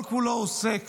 כל-כולו עוסק